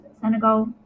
Senegal